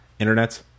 Internets